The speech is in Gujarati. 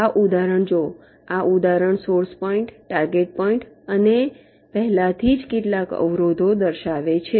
આ ઉદાહરણ જુઓ આ ઉદાહરણ સોર્સ પોઈન્ટ ટાર્ગેટ પોઈન્ટ અને પહેલાથી જ કેટલાક અવરોધો દર્શાવે છે